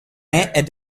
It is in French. est